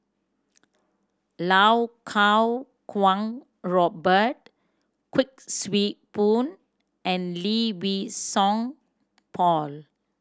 Lau Kuo Kwong Robert Kuik Swee Boon and Lee Wei Song Paul